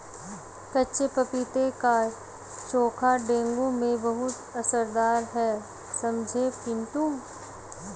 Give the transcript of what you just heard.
कच्चे पपीते का चोखा डेंगू में बहुत असरदार है समझे पिंटू